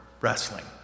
wrestling